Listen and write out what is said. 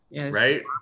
Right